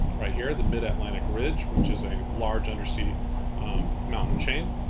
right here, the mid-atlantic ridge, which is a large undersea mountain chain.